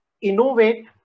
innovate